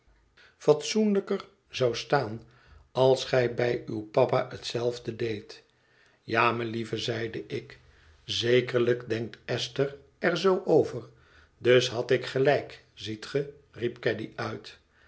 prince zou staan als gij bij uw papa hetzelfde deedt ja melieve zeide ik zekerlijk denkt esther er zoo over dus had ik gelijk ziet ge riep caddy uit